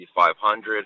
500